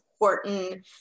important